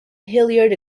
hilliard